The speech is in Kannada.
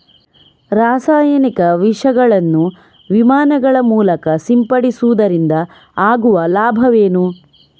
ರಾಸಾಯನಿಕ ವಿಷಗಳನ್ನು ವಿಮಾನಗಳ ಮೂಲಕ ಸಿಂಪಡಿಸುವುದರಿಂದ ಆಗುವ ಲಾಭವೇನು?